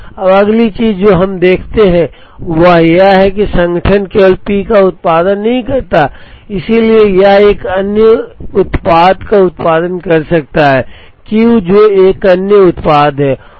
अब अगली चीज़ जो हम देखते हैं वह यह है कि संगठन केवल P का उत्पादन नहीं करता है इसलिए यह एक अन्य उत्पाद का उत्पादन कर सकता है Q जो एक अन्य उत्पाद है